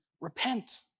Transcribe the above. repent